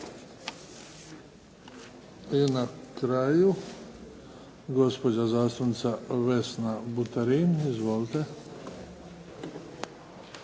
I na kraju, gospođa zastupnica Vesna Buterin. Izvolite.